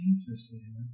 interesting